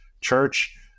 church